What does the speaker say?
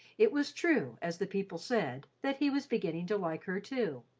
it was true, as the people said, that he was beginning to like her too.